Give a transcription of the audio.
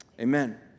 Amen